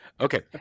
Okay